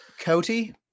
Cody